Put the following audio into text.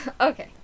Okay